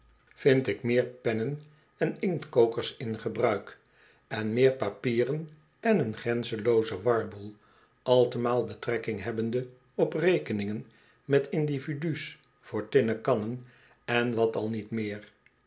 vind ik meer pennen en inktkokers in gebruik en meer papieren en een grenzenloozen warboel altemaal betrekking hebbende op rekeningen met individu's voor tinnen kannen en wat al niet meer